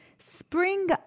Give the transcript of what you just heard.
Spring